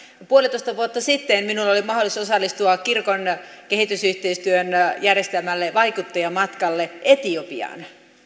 puolitoista vuotta sitten minulla oli mahdollisuus osallistua kirkon kehitysyhteistyön järjestämälle vaikuttajamatkalle etiopiaan